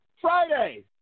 Friday